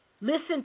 Listen